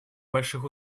больших